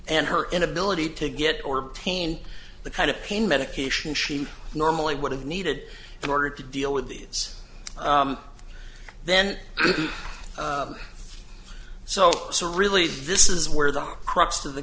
and her inability to get or obtain the kind of pain medication she normally would have needed in order to deal with these then so so really this is where the crux of the